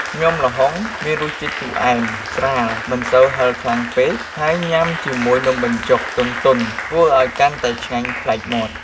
ញាំល្ហុងមានរសជាតិជូរអែម ស្រាល មិនសូវហិរខ្លាំងពេក ហើយញ៉ាំជាមួយនំបញ្ចុកទន់ៗ ធ្វើឲ្យកាន់តែឆ្ងាញ់ប្លែកមាត់។